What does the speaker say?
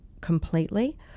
completely